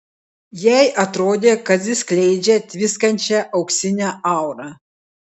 jai atrodė kad jis skleidžia tviskančią auksinę aurą